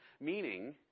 Meaning